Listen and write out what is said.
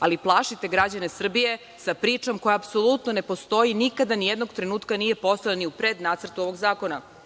ali plašite građane Srbije sa pričom koja apsolutno ne postoji, nikada ni jednog trenutka nije postojala ni u pred nacrtu ovo zakona. Moje